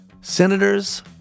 senators